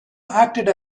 acted